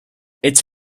its